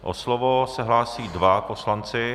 O slovo se hlásí dva poslanci.